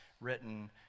written